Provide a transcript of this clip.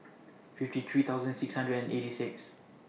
fifty three thousand six hundred and eighty six